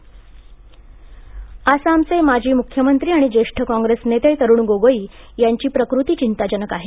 तरुण गोगोई आसामचे माजी मुख्यमंत्री आणि ज्येष्ठ काँग्रेस नेते तरुण गोगोई यांची प्रकृती चिंताजनक आहे